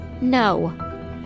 No